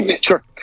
Sure